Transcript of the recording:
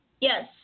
Yes